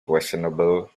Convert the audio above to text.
questionable